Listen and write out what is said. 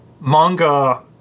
manga